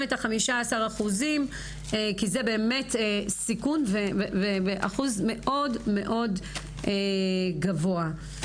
את ה-15% כי זה באמת סיכון ואחוז מאוד מאוד גבוה.